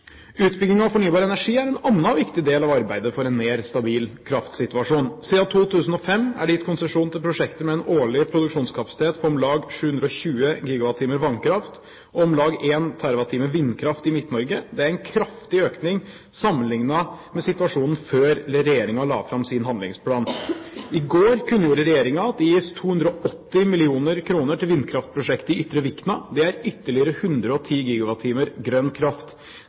Utbygging av fornybar energi er en annen viktig del av arbeidet for en mer stabil kraftsituasjon. Siden 2005 er det gitt konsesjon til prosjekter med en årlig produksjonskapasitet på om lag 720 GWh vannkraft og om lag 1 TWh vindkraft i Midt-Norge. Det er en kraftig økning sammenliknet med situasjonen før regjeringen la fram sin handlingsplan. I går kunngjorde regjeringen at det gis 280 mill. kr til vindkraftprosjektet i Ytre Vikna. Det er ytterligere 110 GWh grønn kraft,